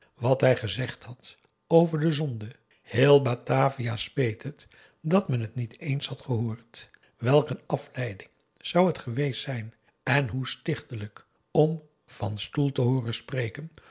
wat hij gezegd had over de zonde heel batavia speet het dat men het niet eens had gehoord welk een afleiding zou het geweest zijn en hoe stichtelijk om van stoel te hooren spreken